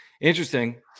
interesting